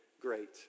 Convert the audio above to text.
great